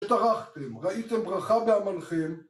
שטרחתם, ראיתם ברכה בעמלכם